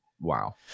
Wow